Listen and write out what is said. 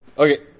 Okay